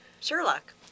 Sherlock